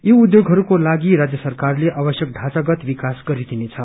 यी उध्योगहरूको लागि राज्य सरकारले आवश्यक ढाँचागत विकास गरिदिनेछ